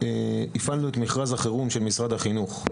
הפעלנו את מכרז החירום של משרד החינוך.